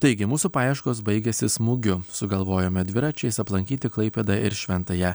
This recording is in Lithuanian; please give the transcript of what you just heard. taigi mūsų paieškos baigėsi smūgiu sugalvojome dviračiais aplankyti klaipėdą ir šventąją